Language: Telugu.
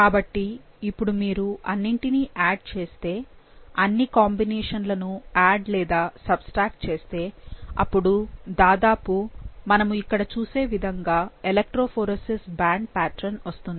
కాబట్టి ఇపుడు మీరు అన్నింటినీ యాడ్ చేస్తే అన్ని కాంబినేషన్ లను యాడ్ లేదా సబ్ట్రాక్ట్ చేస్తే అప్పుడు దాదాపు మనము ఇక్కడ చూసే విధంగా ఎలెక్ట్రోఫోరేసిస్ బ్యాండ్ ప్యాట్రన్ వస్తుంది